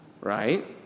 right